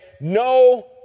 no